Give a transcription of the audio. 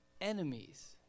enemies